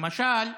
למשל,